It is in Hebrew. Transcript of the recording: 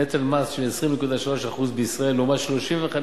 נטל מס של 20.3% בישראל לעומת 35.6%